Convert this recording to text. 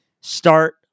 start